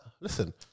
listen